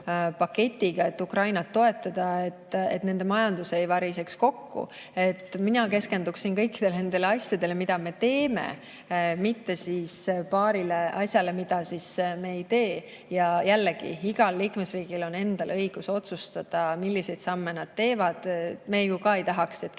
paketiga, et Ukrainat toetada, et nende majandus ei variseks kokku. Mina keskenduksin kõikidele nendele asjadele, mida me teeme, mitte paarile asjale, mida me ei tee. Jällegi, igal liikmesriigil on endal õigus otsustada, milliseid samme ta teeb. Me ju ka ei tahaks, et keegi